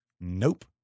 Nope